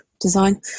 design